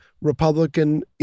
Republican